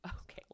okay